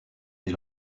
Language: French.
des